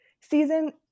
season